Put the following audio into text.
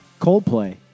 Coldplay